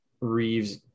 Reeves